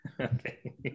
Okay